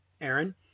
Aaron